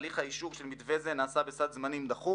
הליך האישור של מתווה זה נעשה בסד זמנים דחוק